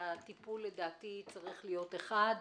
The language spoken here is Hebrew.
הטיפול לדעתי צריך להיות אחד,